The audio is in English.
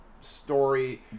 story